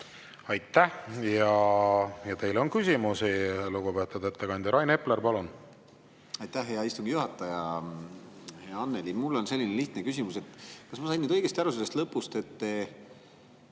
Aitäh! Teile on küsimusi, lugupeetud ettekandja! Rain Epler, palun! Aitäh, hea istungi juhataja! Hea Annely! Mul on selline lihtne küsimus. Kas ma sain õigesti aru sellest lõpust, et